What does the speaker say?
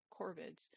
Corvids